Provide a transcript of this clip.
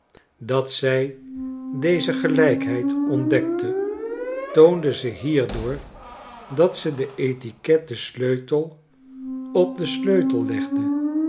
dat zij deze gelijkheid ontdekte toonde ze hierdoor dat ze de etiquette sleutel op den sleutel legde